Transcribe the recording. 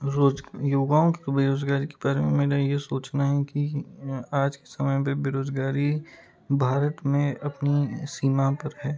रोज युवाओं के बेरोजगारी के बारे में मेरा यह सोचना है कि आज के समय में बेरोजगारी भारत में अपनी सीमा पर है